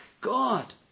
God